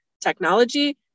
technology